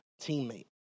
teammate